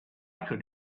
could